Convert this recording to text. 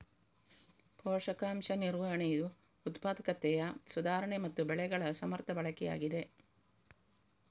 ಪೋಷಕಾಂಶ ನಿರ್ವಹಣೆಯು ಉತ್ಪಾದಕತೆಯ ಸುಧಾರಣೆ ಮತ್ತೆ ಬೆಳೆಗಳ ಸಮರ್ಥ ಬಳಕೆಯಾಗಿದೆ